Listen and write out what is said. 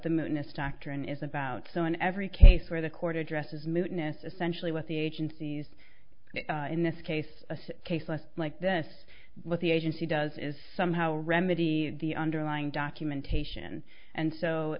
in is about so in every case where the court addresses mootness essentially what the agencies in this case a sad case less like this what the agency does is somehow remedy the underlying documentation and so